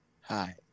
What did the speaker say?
hi